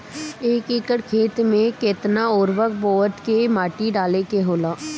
एक एकड़ खेत में के केतना उर्वरक बोअत के माटी डाले के होला?